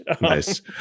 nice